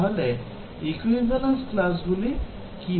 তাহলে equivalence classগুলি কী হবে